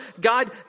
God